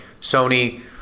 Sony